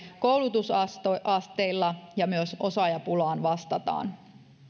koulutusasteilla ja myös osaajapulaan vastataan